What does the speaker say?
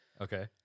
okay